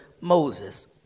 Moses